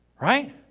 right